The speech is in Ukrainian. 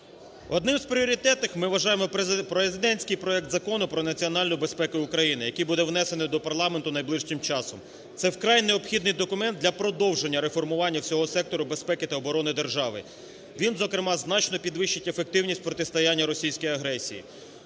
Одним із пріоритетних ми вважаємо президентський проект Закону про національну безпеку України, який буде внесений до парламенту найближчим часом. Це вкрай необхідний документ для продовження реформування всього сектору безпеки та оборони держави. Він, зокрема, значно підвищить ефективність протистояння російській агресії.